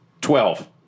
Twelve